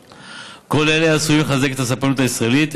כל אלה עשויים לחזק את הספנות הישראלית,